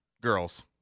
girls